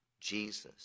Jesus